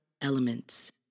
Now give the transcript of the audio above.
Elements